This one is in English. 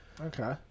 Okay